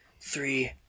three